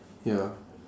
ya